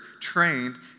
trained